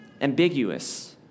ambiguous